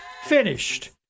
finished